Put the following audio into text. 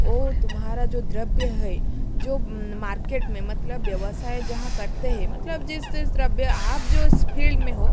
ओ तुम्हारा जो द्रव्य है जो मार्केट में मतलब व्यवसाय जहाँ करते हैं मतलब जिस जिस द्रव्य आप जिस फील्ड में हो